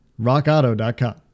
rockauto.com